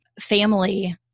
family